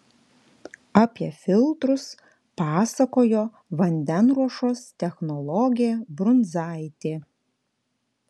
apie filtrus pasakojo vandenruošos technologė brunzaitė